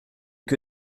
que